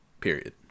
period